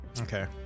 Okay